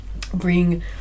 bring